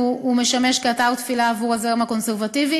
והוא משמש אתר תפילה בעבור הזרם הקונסרבטיבי.